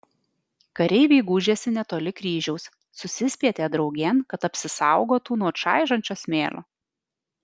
kareiviai gūžėsi netoli kryžiaus susispietė draugėn kad apsisaugotų nuo čaižančio smėlio